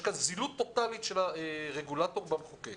יש כאן זילות טוטלית של הרגולטור במחוקק.